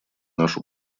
нашу